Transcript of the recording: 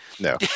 No